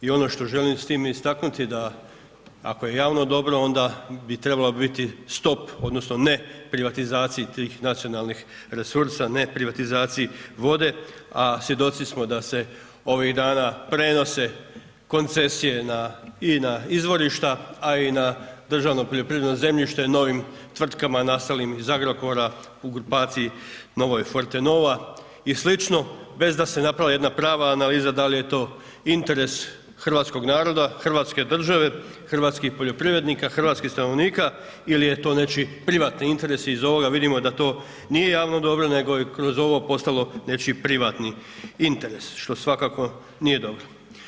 I ono što želim s tim istaknuti da ako je javno dobro onda bi trebalo biti stop odnosno ne privatizaciji tih nacionalnih resursa, ne privatizaciji vode, a svjedoci smo da se ovih dana prenose koncesije na i na izvorišta, a i na državno poljoprivredno zemljište novim tvrtkama nastalim iz Agrokora u grupaciji novoj Fortenova i sl. bez da se napravila jedna prava analiza da li je to interes hrvatskog naroda, Hrvatske države, hrvatskih poljoprivrednika, hrvatskih stanovnika ili je to nečiji privatni interes i iz ovoga vidimo da to nije javno dobro nego je kroz ovo postalo nečiji privatni interes, što svakako nije dobro.